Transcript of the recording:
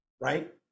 right